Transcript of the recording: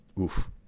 oof